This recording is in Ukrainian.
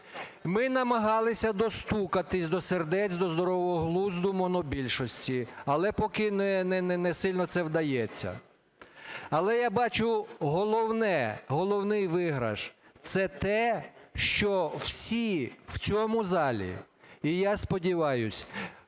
Ми намагалися достукатись до сердець, до здорового глузду монобільшості. Але поки не сильно це вдається. Але я бачу головне, головний виграш. Це те, що всі в цьому залі, і, я сподіваюсь,